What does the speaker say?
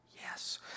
yes